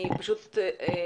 בבקשה.